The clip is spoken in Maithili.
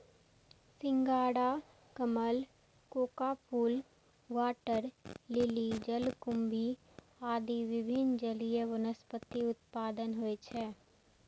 सिंघाड़ा, कमल, कोका फूल, वाटर लिली, जलकुंभी आदि विभिन्न जलीय वनस्पतिक उत्पादन होइ छै